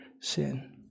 sin